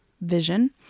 vision